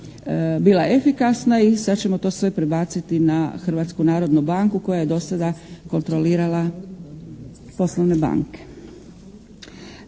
bila efikasna i sad ćemo to sve prebaciti na Hrvatsku narodnu banku koja je do sada kontrolirala poslovne banke.